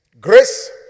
Grace